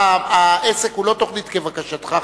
העסק הוא לא תוכנית כבקשתך.